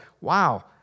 wow